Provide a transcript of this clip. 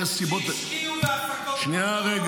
יש סיבות --- שהשקיעו בהפקות מקור --- שנייה.